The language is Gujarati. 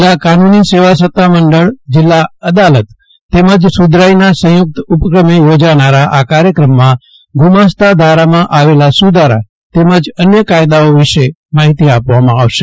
જિલ્લા કાનૂની સેવા સત્તા મંડળ જિલ્લા અદાલત તેમજ સુધરાઇના સંયુક્ત ઉપક્રમે યોજાનારા આ કાર્યક્રમમાં ગુમાસ્તા ધારામાં આવેલા સુધારા તેમજ અન્ય કાયદાઓ વિશે માહિતી આપવામાં આવશે